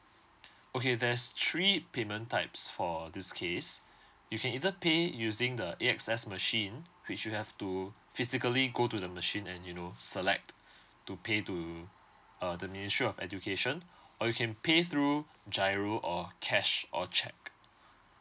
okay there's three payment types for this case you can either pay using the A X S machine which you have to physically go to the machine and you know select to pay to uh the ministry of education or you can pay through giro or cash or cheque